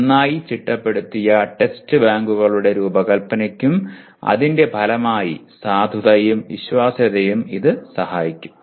നന്നായി ചിട്ടപ്പെടുത്തിയ ടെസ്റ്റ് ബാങ്കുകളുടെ രൂപകൽപ്പനയ്ക്കും അതിന്റെ ഫലമായി സാധുതയും വിശ്വാസ്യതയും ഇത് സഹായിക്കും